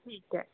ਠੀਕ ਹੈ